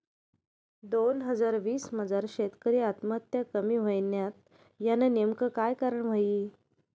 दोन हजार वीस मजार शेतकरी आत्महत्या कमी व्हयन्यात, यानं नेमकं काय कारण व्हयी?